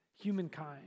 humankind